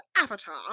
Avatar